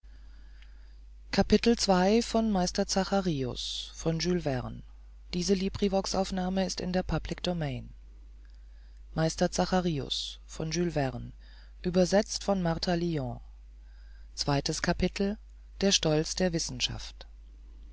zweites capitel der stolz der